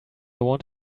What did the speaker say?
want